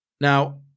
Now